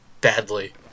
badly